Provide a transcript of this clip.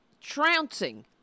trouncing